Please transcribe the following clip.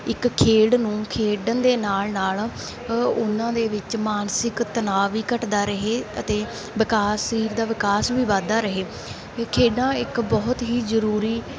ਇੱਕ ਖੇਡ ਨੂੰ ਖੇਡਣ ਦੇ ਨਾਲ ਨਾਲ ਉਨ੍ਹਾਂ ਦੇ ਵਿੱਚ ਮਾਨਸਿਕ ਤਣਾਅ ਵੀ ਘੱਟਦਾ ਰਹੇ ਅਤੇ ਵਿਕਾਸ ਸਰੀਰ ਦਾ ਵਿਕਾਸ ਵੀ ਵੱਧਦਾ ਰਹੇ ਖੇਡਾਂ ਇੱਕ ਬਹੁਤ ਹੀ ਜ਼ਰੂਰੀ